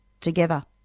together